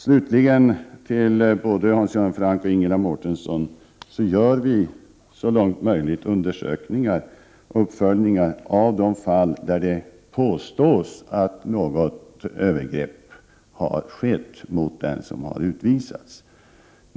Slutligen vill jag till både Hans Göran Franck och Ingela Mårtensson säga att vi, så långt möjligt, gör undersökningar och uppföljningar av de fall där det påstås att något övergrepp har skett mot den som har utvisats.